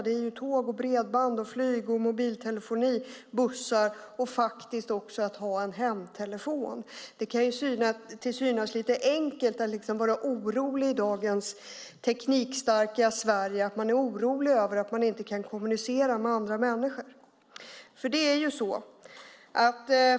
Det handlar om tåg, bredband, flyg, mobiltelefoni, bussar och faktiskt också att ha en hemtelefon. Det kan synas lite enkelt att i dagens teknikstarka Sverige vara orolig över att man inte kan kommunicera med andra människor.